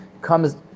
comes